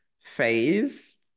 phase